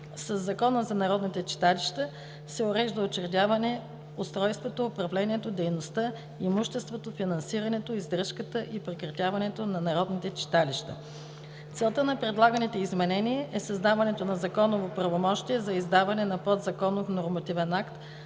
Със Закона за народните читалища се урежда учредяването, устройството, управлението, дейността, имуществото, финансирането, издръжката и прекратяването на народните читалища. Целта на предлаганите изменения е създаването на законово правомощие за издаване на подзаконов нормативен акт,